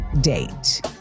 date